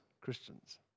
Christians